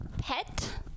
pet